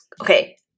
Okay